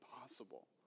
possible